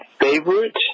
favorite